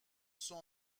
sont